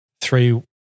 three